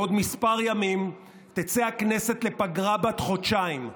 בעוד כמה ימים תצא הכנסת לפגרה בת חודשיים,